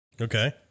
Okay